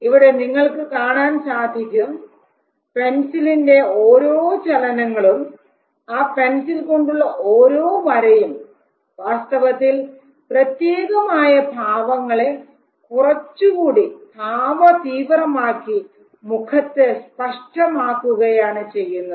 ഇവിടെ നിങ്ങൾക്ക് കാണാൻ സാധിക്കും പെൻസിലിന്റെ ഓരോ ചലനങ്ങളും ആ പെൻസിൽ കൊണ്ടുള്ള ഓരോ വരയും വാസ്തവത്തിൽ പ്രത്യേകമായ ഭാവങ്ങളെ കുറച്ചുകൂടി ഭാവതീവ്രമാക്കി മുഖത്ത് സ്പഷ്ടമാക്കുകയാണ് ചെയ്യുന്നത്